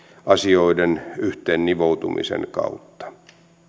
asioiden yhteennivoutumisen kautta